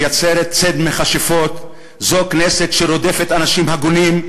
מייצרת ציד מכשפות, זו כנסת שרודפת אנשים הגונים,